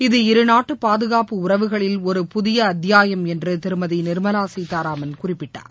இது இருநாட்டு பாதுகாப்பு உறவுகளில் ஒரு புதிய அத்தியாயம் என்று திருமதி நியமலா சீதாரமன் குறிப்பிட்டார்